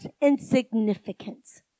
insignificance